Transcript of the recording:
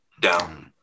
down